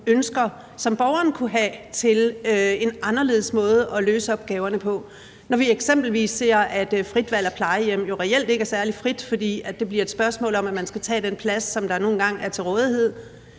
ønsker, som borgeren kunne have til en anderledes måde at løse opgaverne på. Når vi eksempelvis ser, at frit valg af plejehjem jo reelt ikke er særlig frit, fordi det bliver et spørgsmål om, at man skal tage den plads, der nu engang er til rådighed,